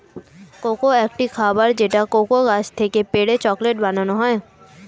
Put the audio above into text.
cocoa একটি খাবার যেটা কোকো গাছ থেকে পেড়ে চকলেট বানানো হয়